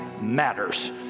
matters